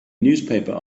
newspaper